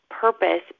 purpose